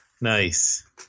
Nice